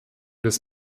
des